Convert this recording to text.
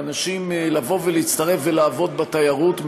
לאנשים, להצטרף ולעבוד בתיירות,